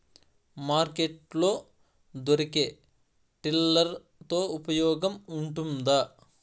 Market లో దొరికే tiller తో ఉపయోగం ఉంటుందా?